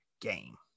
game